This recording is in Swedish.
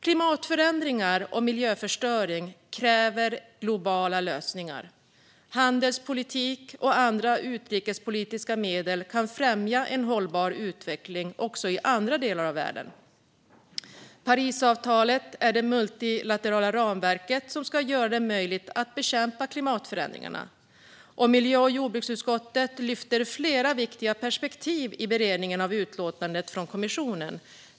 Klimatförändringar och miljöförstöring kräver globala lösningar. Handelspolitik och andra utrikespolitiska medel kan främja hållbar utveckling också i andra delar av världen. Parisavtalet är det multilaterala ramverk som ska göra det möjligt att bekämpa klimatförändringarna. Miljö och jordbruksutskottet lyfter fram flera viktiga perspektiv i beredningen av utlåtandet från kommissionen.